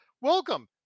welcome